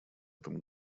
этом